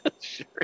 sure